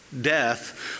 death